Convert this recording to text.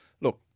look